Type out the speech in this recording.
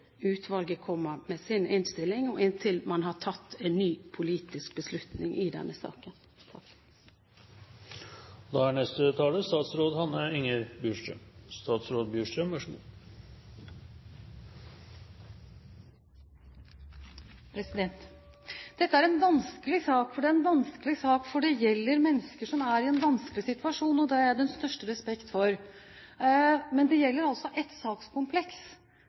utvalget kommer med sin innstilling og inntil man har tatt en ny politisk beslutning i denne saken. Dette er en vanskelig sak, for det gjelder mennesker som er i en vanskelig situasjon, og det har jeg den største respekt for. Men det gjelder altså ett sakskompleks.